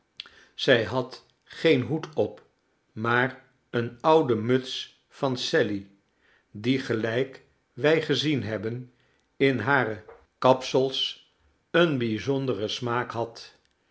zij had geen hoed op maar eene oude muts van sally die gelijk wij gezien hebben in hare kapsels een bijzonderen smaak had